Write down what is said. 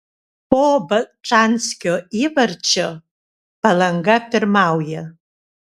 po bačanskio įvarčio palanga pirmauja